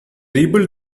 rebuilt